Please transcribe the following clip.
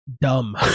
dumb